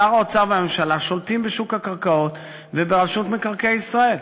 שר האוצר והממשלה שולטים בשוק הקרקעות וברשות מקרקעי ישראל.